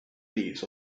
leaves